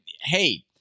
Hey